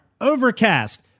Overcast